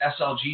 SLG